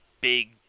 big